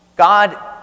God